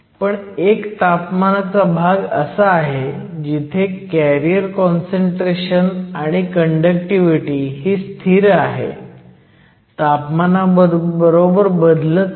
पण एक तापमानाचा भाग असा आहे जिथे कॅरियर काँसंट्रेशन आणि कंडक्टिव्हिटी ही स्थिर आहे तापमानाबरोबर बदलत नाही